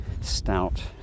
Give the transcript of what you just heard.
stout